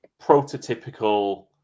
prototypical